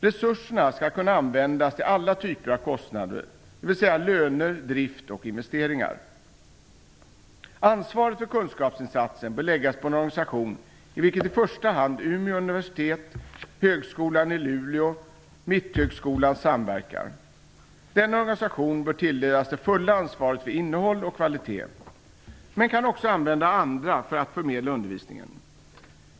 Resurserna skall kunna användas till alla typer av kostnader, dvs. löner, drift och investeringar. Ansvaret för kunskapsinsatsen bör läggas på en organisation i vilken i första hand Umeå universitet, Högskolan i Luleå och Mitthögskolan samverkar. Denna organisation bör tilldelas det fulla ansvaret för innehåll och kvalitet, men den skall också kunna använda andra för att förmedla undervisningen.